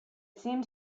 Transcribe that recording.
seemed